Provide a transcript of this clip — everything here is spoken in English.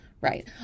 right